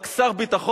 רק שר ביטחון,